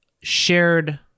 shared